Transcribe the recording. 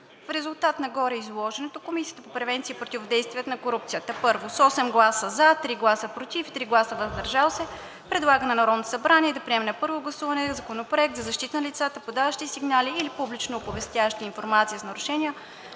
В резултат на гореизложеното Комисията по превенция и противодействие на корупцията: - с 8 гласа „за“, 3 гласа „против“ и 3 гласа „въздържал се“ предлага на Народното събрание да приеме на първо гласуване Законопроект за защита на лицата, подаващи сигнали или публично оповестяващи информация за нарушения,